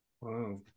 Wow